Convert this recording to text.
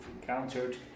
encountered